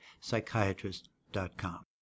Psychiatrist.com